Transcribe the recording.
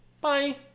Bye